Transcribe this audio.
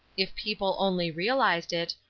if people only realized it,